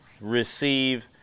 receive